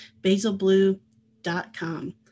basilblue.com